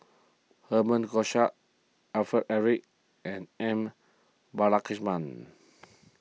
Herman Hochstadt Alfred Eric and M Balakrishnan